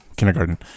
kindergarten